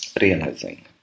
realizing